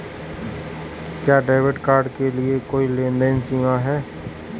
क्या debit card के लिए कोई लेनदेन सीमा है?